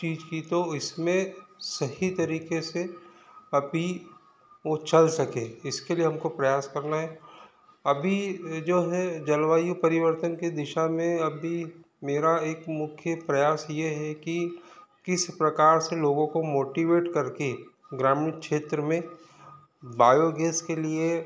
चीज की तो इसमें सही तरीके से अभी वो चल सके इसके लिए हमको प्रयास करना है अभी जो है जलवायु परिवर्तन की दिशा में अभी मेरा एक मुख्य प्रयास यह है कि किस प्रकार से लोगों को मोटिवेट करके ग्रामीण क्षेत्र में बायोगैस के लिए